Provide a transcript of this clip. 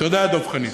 תודה, דב חנין.